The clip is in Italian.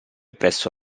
presso